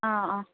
ആ ആ